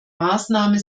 maßnahme